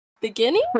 beginning